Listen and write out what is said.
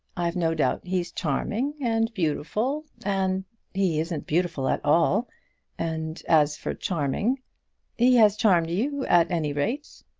i've no doubt he's charming, and beautiful, and he isn't beautiful at all and as for charming he has charmed you at any rate.